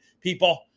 people